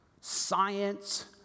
science